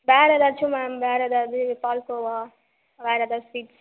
வேற எதாச்சும் மேம் வேற ஏதாவது பால்கோவா வேற எதாது ஸ்வீட்ஸ்